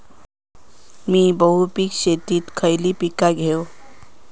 मी बहुपिक शेतीत खयली पीका घेव?